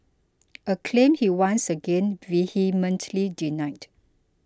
a claim he once again vehemently denied